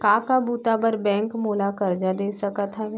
का का बुता बर बैंक मोला करजा दे सकत हवे?